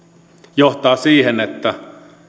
johtaa siihen että